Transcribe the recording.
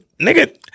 nigga